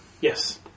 Yes